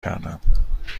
کردم